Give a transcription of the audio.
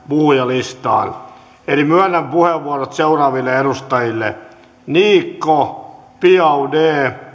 puhujalistaan eli myönnän puheenvuorot seuraaville edustajille niikko biaudet